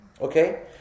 okay